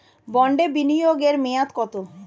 বন্ডে বিনিয়োগ এর মেয়াদ কত?